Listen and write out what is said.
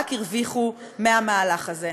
הן רק הרוויחו מהמלך הזה.